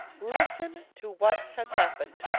listen to what has happened.